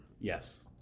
Yes